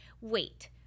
wait